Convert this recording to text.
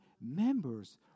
members